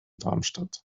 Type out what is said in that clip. darmstadt